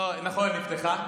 נכון, היא נפתחה.